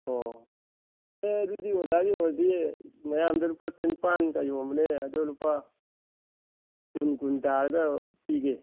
ꯑꯣ ꯑꯦ ꯑꯗꯨꯗꯤ ꯑꯣꯖꯥꯒꯤ ꯑꯣꯏꯔꯗꯤ ꯃꯌꯥꯝꯗ ꯂꯨꯄꯥ ꯆꯅꯤꯄꯥꯜꯀ ꯌꯣꯟꯕꯅꯦ ꯑꯗꯨ ꯂꯨꯄꯥ ꯀꯨꯟ ꯀꯨꯟ ꯇꯥꯔꯒ ꯄꯤꯒꯦ